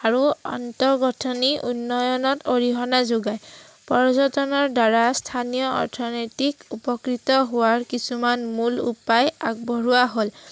আৰু আন্তঃগাঁথনি উন্নয়নত অৰিহণা যোগায় পৰ্যটনৰ দ্বাৰা স্থানীয় অৰ্থনীতিক উপকৃত হোৱাৰ কিছুমান মূল উপায় আগবঢ়োৱা হ'ল